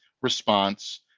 response